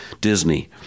Disney